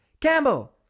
Campbell